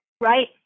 Right